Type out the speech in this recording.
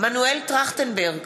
מנואל טרכטנברג,